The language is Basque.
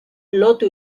lotu